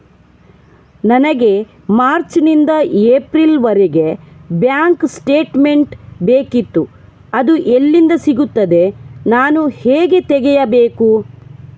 ನನಗೆ ಮಾರ್ಚ್ ನಿಂದ ಏಪ್ರಿಲ್ ವರೆಗೆ ಬ್ಯಾಂಕ್ ಸ್ಟೇಟ್ಮೆಂಟ್ ಬೇಕಿತ್ತು ಅದು ಎಲ್ಲಿಂದ ಸಿಗುತ್ತದೆ ನಾನು ಹೇಗೆ ತೆಗೆಯಬೇಕು?